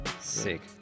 Sick